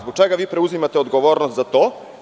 Zbog čega vi preuzimate odgovornost za to?